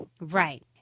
Right